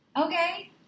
okay